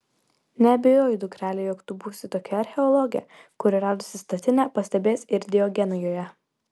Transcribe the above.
neabejoju dukrele jog tu būsi tokia archeologė kuri radusi statinę pastebės ir diogeną joje